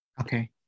Okay